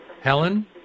Helen